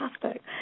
fantastic